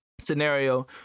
scenario